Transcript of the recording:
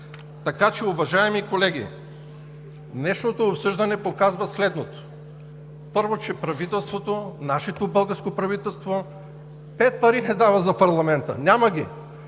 Така че, уважаеми колеги, днешното обсъждане показва следното: първо, че правителството, нашето българско правителство, пет пари не дава за парламента, няма ги.